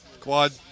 Quad